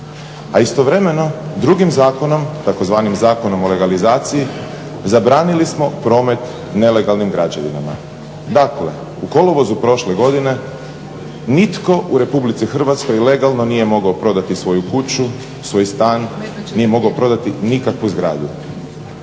A istovremeno drugim zakonom tzv. Zakonom o legalizaciji zabranili smo promet nelegalnim građevinama. Dakle, u kolovozu prošle godine nitko u RH legalno nije mogao prodati svoju kuću, svoj stan nije mogao prodati nikakvu zgradu.